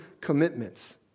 commitments